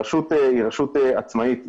הרשות היא רשות עצמאית.